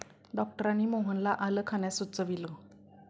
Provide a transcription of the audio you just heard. डॉक्टरांनी मोहनला आलं खाण्यास सुचविले